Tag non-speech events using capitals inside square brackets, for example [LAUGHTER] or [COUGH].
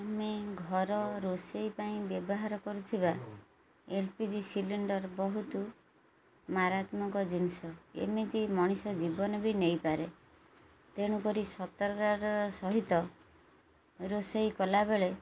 ଆମେ ଘର ରୋଷେଇ ପାଇଁ ବ୍ୟବହାର କରୁଥିବା ଏଲ୍ ପି ଜି ସିଲିଣ୍ଡର ବହୁତ ମାରାତ୍ମକ ଜିନିଷ ଏମିତି ମଣିଷ ଜୀବନ ବି ନେଇପାରେ ତେଣୁକରି [UNINTELLIGIBLE] ସହିତ ରୋଷେଇ କଲାବେଳେ